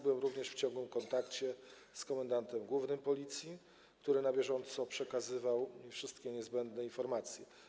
Byłem również w ciągłym kontakcie z komendantem głównym Policji, który na bieżąco przekazywał mi wszystkie niezbędne informacje.